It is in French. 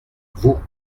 vous